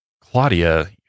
Claudia